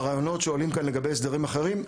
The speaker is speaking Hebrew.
בעניין הרעיונות שעולים כאן לגבי הסדרים אחרים,